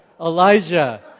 Elijah